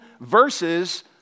verses